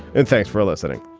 and thanks for listening